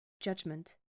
judgment